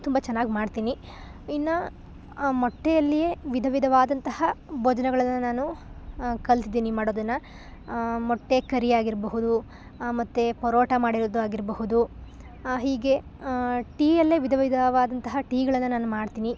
ತುಂಬ ಚೆನ್ನಾಗಿ ಮಾಡ್ತೀನಿ ಇನ್ನು ಮೊಟ್ಟೆಯಲ್ಲಿಯೇ ವಿಧ ವಿಧವಾದಂತಹ ಭೋಜನಗಳೆಲ್ಲ ನಾನು ಕಲಿತಿದ್ದೀನಿ ಮಾಡೋದನ್ನು ಮೊಟ್ಟೆ ಕರಿಯಾಗಿರಬಹುದು ಮತ್ತು ಪರೋಟ ಮಾಡಿರೋದು ಆಗಿರಬಹುದು ಹೀಗೆ ಟೀಯಲ್ಲೆ ವಿಧ ವಿಧವಾದಂತಹ ಟೀಗಳನ್ನು ನಾನು ಮಾಡ್ತೀನಿ